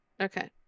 Okay